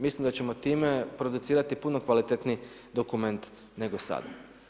Mislim da ćemo time producirati puno kvalitetniji dokument nego sada.